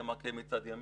יהיה מעקה מצד ימין,